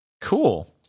Cool